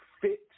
fit